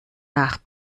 nach